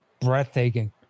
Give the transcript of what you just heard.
breathtaking